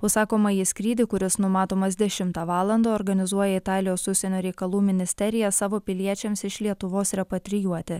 užsakomąjį skrydį kuris numatomas dešimtą valandą organizuoja italijos užsienio reikalų ministerija savo piliečiams iš lietuvos repatrijuoti